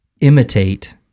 imitate